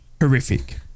horrific